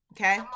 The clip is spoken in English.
Okay